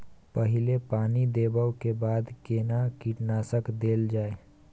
पहिले पानी देबै के बाद केना कीटनासक देल जाय?